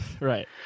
Right